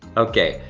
okay,